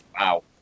Wow